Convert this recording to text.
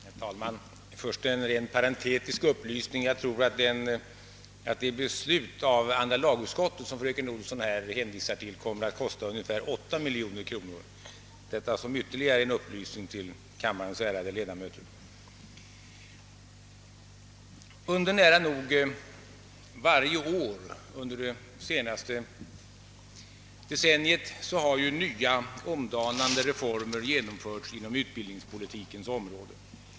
Herr talman! Först en rent parente tisk upplysning. Det beslut som fröken Olsson hänmwvisade till tror jag kommer att kosta ungefär 8 miljoner kronor. Jag säger det bara som en ytterligare upplysning till kammarens ärade ledamöter. Under det senaste decenniet har nära nog varje år nya omdanande reformer genomförts på <utbildningspolitikens område.